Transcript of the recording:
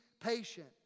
patient